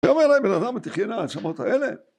ויאמר אלי בן האדם התחיינה העצמות האלה